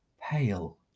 pale